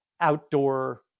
outdoor